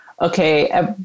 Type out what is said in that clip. okay